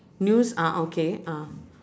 news ah okay ah